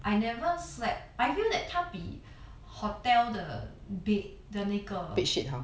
I never slept I feel that 他比 hotel 的 bed 的那个